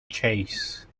chase